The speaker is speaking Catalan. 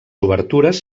obertures